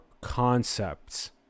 concepts